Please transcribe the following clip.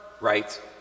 right